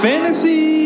Fantasy